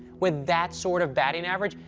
with that sort of batting average,